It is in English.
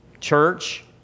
church